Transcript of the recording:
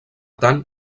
tant